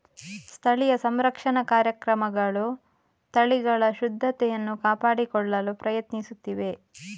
ಸ್ಥಳೀಯ ಸಂರಕ್ಷಣಾ ಕಾರ್ಯಕ್ರಮಗಳು ತಳಿಗಳ ಶುದ್ಧತೆಯನ್ನು ಕಾಪಾಡಿಕೊಳ್ಳಲು ಪ್ರಯತ್ನಿಸುತ್ತಿವೆ